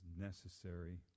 necessary